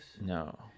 No